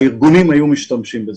הארגונים היו משתמשים בזה.